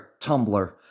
Tumblr